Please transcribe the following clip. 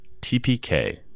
TPK